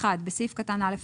בסעיף קטן (א),